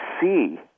see